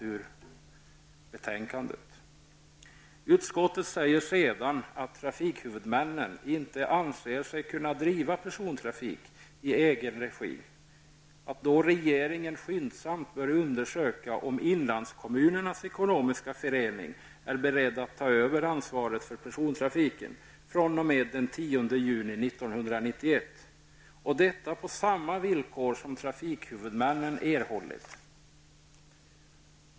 Utskottet säger sedan att, om trafikhuvudmännen inte anser sig kunna driva persontrafik i egen regi bör regeringen skyndsamt undersöka om Inlandskommunerna Ekonomisk Förening är beredd att ta över ansvaret för persontrafiken fr.o.m. den 10 juni 1991, på samma villkor som trafikhuvudmännen erhållit.